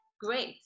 great